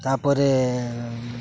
ତା'ପରେ